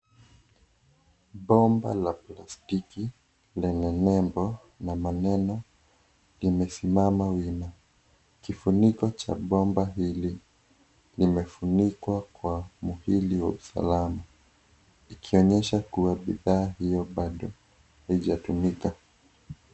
Bomba la plastiki lenye nembo na maneno imesimama wima. Kifuniko cha bomba hili limefunikwa kwa muhuri wa usalama likionyesha kuwa bidhaa hiyo bado haijatumika.